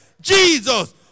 Jesus